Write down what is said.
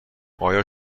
آیا